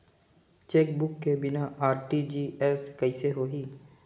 Chequebook के बिना RTGS कइसे होही?